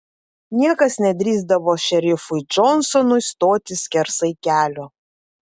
niekas nedrįsdavo šerifui džonsonui stoti skersai kelio